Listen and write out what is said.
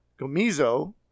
gomizo